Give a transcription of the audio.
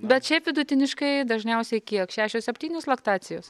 bet šiaip vidutiniškai dažniausiai kiek šešios septynios laktacijos